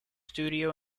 studio